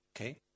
Okay